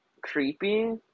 creepy